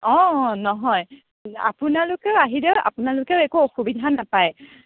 অ অ নহয় আপোনালোকেও আহিলেও আপোনালোকেও একো অসুবিধা নাপায়